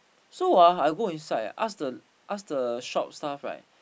so ah I go inside I ask the ask the shop staff right